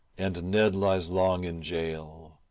and ned lies long in jail,